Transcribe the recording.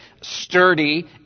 sturdy